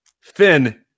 Finn